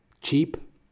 cheap